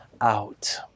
out